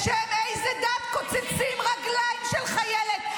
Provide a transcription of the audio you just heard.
בשם איזו דת קוצצים רגליים של חיילת?